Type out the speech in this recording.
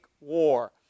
war